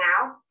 now